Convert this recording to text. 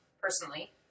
personally